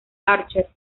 archer